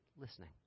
listening